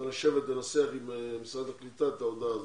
עם משרד הקליטה את ההודעה הזו.